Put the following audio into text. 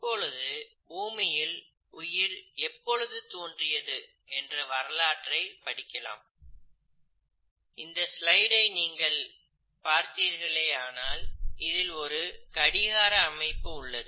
இப்பொழுது பூமியில் உயிர் எப்பொழுது தோன்றியது என்ற வரலாற்றை பார்க்கலாம் இந்த ஸ்லைடில் நீங்கள் பார்த்தீர்களேயானால் இதில் ஒரு கடிகார அமைப்பு உள்ளது